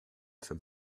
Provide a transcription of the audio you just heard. from